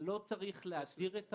לא צריך להדיר את ההורים.